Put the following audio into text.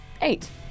Eight